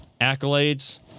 accolades